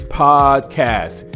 podcast